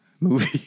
movie